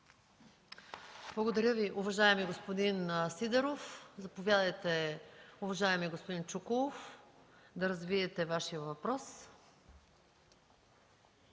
Благодаря, уважаеми господин Сидеров. Заповядайте, уважаеми господин Чуколов, да развиете Вашият въпрос.